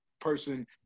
person